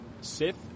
Sith